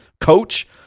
coach